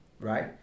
right